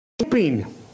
sleeping